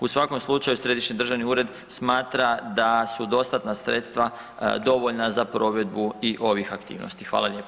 U svakom slučaju Središnji državni ured smatra da su dostatna sredstva dovoljna za provedbu i ovih aktivnosti.